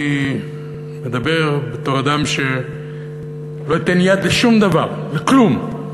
אני אדבר בתור אדם שלא ייתן יד לשום דבר, לכלום,